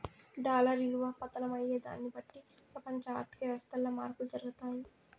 dollar ఇలువ పతనం అయ్యేదాన్ని బట్టి పెపంచ ఆర్థిక వ్యవస్థల్ల మార్పులు జరగతాయి